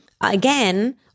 again